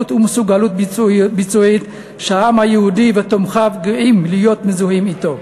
ומסוגלות ביצועית שהעם היהודי ותומכיו גאים להיות מזוהים אתן.